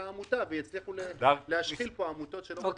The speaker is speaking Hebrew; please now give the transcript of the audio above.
עמותה ויצליחו להשחיל פה עמותות שלא מגיע להן.